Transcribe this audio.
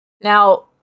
Now